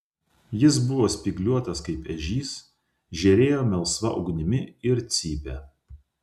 jis buvo spygliuotas kaip ežys žėrėjo melsva ugnimi ir cypė